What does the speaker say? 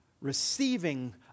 receiving